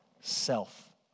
self